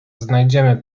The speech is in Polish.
znajdziemy